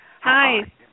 Hi